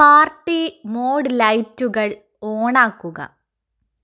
party mode ലൈറ്റുകൾ on ആക്കുക